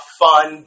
fun